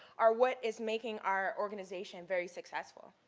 are what is making our organization very successful.